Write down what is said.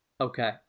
Okay